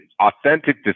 authentic